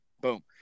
Boom